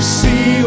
see